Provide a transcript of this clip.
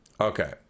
Okay